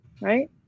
right